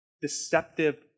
deceptive